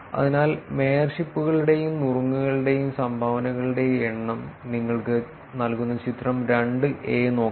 അതിനാൽ മേയർഷിപ്പുകളുടെയും നുറുങ്ങുകളുടെയും സംഭാവനകളുടെയും എണ്ണം നിങ്ങൾക്ക് നൽകുന്ന ചിത്രം 2 എ നോക്കാം